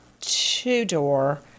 two-door